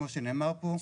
כמו שנאמר פה,